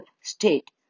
state